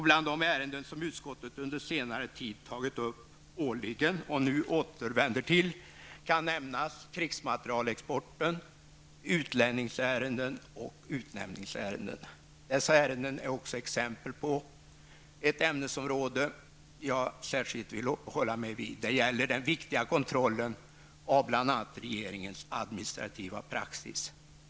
Bland de ärenden som utskottet under senare tid tagit upp årligen, och nu återvänder till, kan nämnas krigsmaterielexporten, utlänningsärenden och utnämningsärenden. Dessa ärenden är också exempel på ett ämnesområde jag särskilt vill uppehålla mig vid. Det gäller den viktiga kontrollen av bl.a. regeringens administrativa praxis.